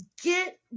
Get